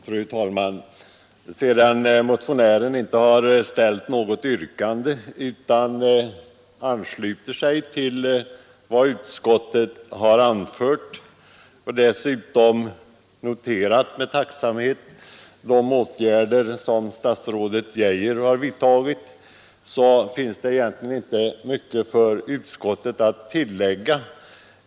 Fru talman! Då motionären inte har ställt något yrkande utan anslutit sig till vad utskottet anfört och dessutom med tacksamhet noterat de åtgärder som statsrådet Geijer har vidtagit finns det egentligen inte mycket för utskottet att tillägga.